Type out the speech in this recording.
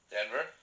Denver